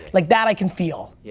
like that i can feel. yeah